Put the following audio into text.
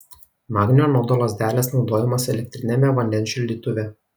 magnio anodo lazdelės naudojimas elektriniame vandens šildytuve